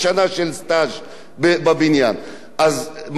אז מדוע אי-אפשר לעשות זאת,